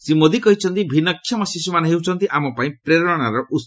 ଶ୍ରୀ ମୋଦି କହିଛନ୍ତି ଭିନ୍ନକ୍ଷମ ଶିଶୁମାନେ ହେଉଛନ୍ତି ଆମପାଇଁ ପ୍ରେରଣା ଉହ